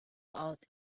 out